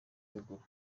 ruguru